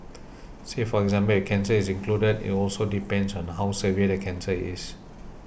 say for example if cancer is included it also depends on how severe the cancer is